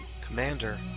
Commander